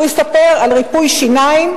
הוא יספר על ריפוי שיניים.